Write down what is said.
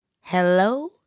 Hello